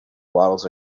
waddles